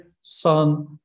son